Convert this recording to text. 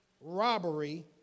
robbery